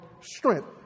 strength